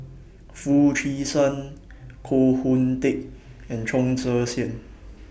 Foo Chee San Koh Hoon Teck and Chong Tze Chien